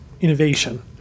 innovation